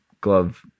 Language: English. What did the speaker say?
glove